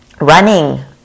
running